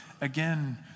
again